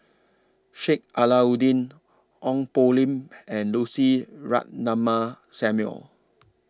Sheik Alau'ddin Ong Poh Lim and Lucy Ratnammah Samuel